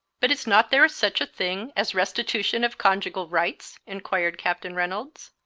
but is not there such a thing as restitution of conjugal rights? inquired captain reynolds.